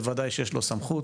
בוודאי שיש לו סמכות.